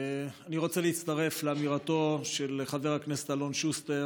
אני רוצה להצטרף לאמירתו של חבר הכנסת אלון שוסטר.